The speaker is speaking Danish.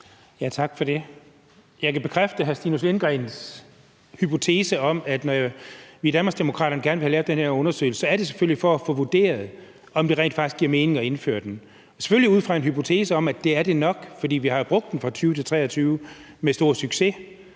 Tak for det. Jeg kan bekræfte hr. Stinus Lindgreens hypotese om, at når vi i Danmarksdemokraterne gerne vil have lavet den her undersøgelse, er det selvfølgelig for at få vurderet, om det rent faktisk giver mening at indføre den, selvfølgelig ud fra en hypotese om, at det gør det nok, for vi har jo brugt den fra 2020 til 2023 med stor succes.